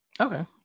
okay